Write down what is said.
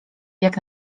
jak